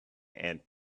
and